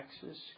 Texas